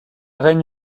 reine